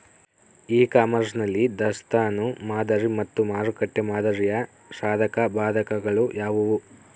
E commerce ನಲ್ಲಿ ದಾಸ್ತನು ಮಾದರಿ ಮತ್ತು ಮಾರುಕಟ್ಟೆ ಮಾದರಿಯ ಸಾಧಕಬಾಧಕಗಳು ಯಾವುವು?